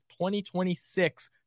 2026